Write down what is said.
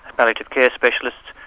palliative care specialists,